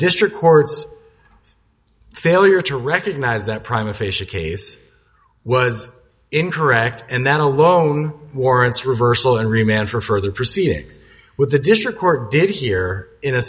district courts failure to recognize that prime official case was incorrect and that alone warrants reversal and remained for further proceedings with the district court did here in